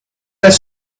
there